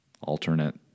alternate